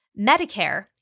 Medicare